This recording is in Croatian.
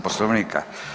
Poslovnika.